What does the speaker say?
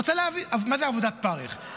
מה זו עבודת פרך?